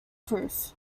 proof